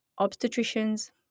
obstetricians